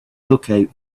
lookout